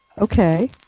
Okay